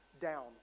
down